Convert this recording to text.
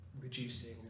reducing